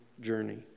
journey